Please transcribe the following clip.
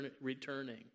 returning